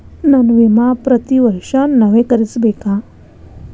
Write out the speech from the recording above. ನನ್ನ ವಿಮಾ ಪ್ರತಿ ವರ್ಷಾ ನವೇಕರಿಸಬೇಕಾ?